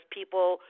people